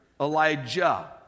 Elijah